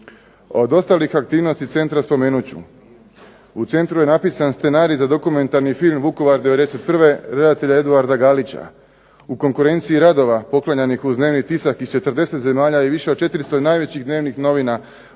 Od ostalih aktivnosti centra spomenut ću: u centru je napisan scenarij za dokumentarni film "Vukovar '91." redatelja Eduarda Galića. U konkurenciji radova poklanjanih uz dnevni tisak iz 40-ak zemalja i više od 400 najvećih dnevnih novina